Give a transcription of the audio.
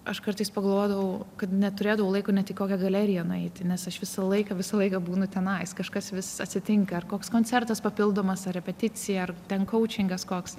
aš kartais pagalvodavau kad neturėdavau laiko net į kokią galeriją nueiti nes aš visą laiką visą laiką būnu tenais kažkas vis atsitinka ar koks koncertas papildomas repeticija ar ten koučingas koks